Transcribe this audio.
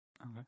Okay